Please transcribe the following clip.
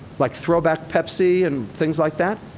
like throw-back pepsi and things like that.